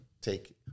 take